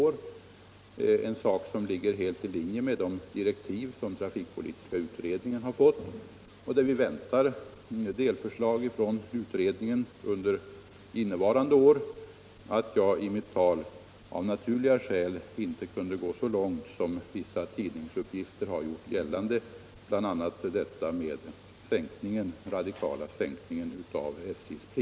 Det är en sak som ligger helt i linje med trafikpolitiska utredningens direktiv, och där väntar vi ett delförslag från utredningen under detta år. Men jag kunde av naturliga skäl i mitt tal inte gå så långt som vissa tidningsuppgifter tyder på, bl.a. den radikala sänkning av SJ:s priser som har angivits.